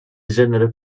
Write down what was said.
genere